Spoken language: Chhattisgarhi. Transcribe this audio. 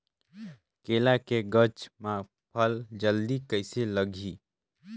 केला के गचा मां फल जल्दी कइसे लगही?